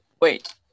Wait